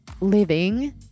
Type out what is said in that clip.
living